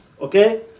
Okay